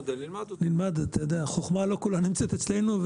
אתה יודע, החוכמה לא כולה נמצאת אצלנו.